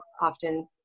often